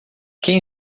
quem